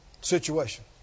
situation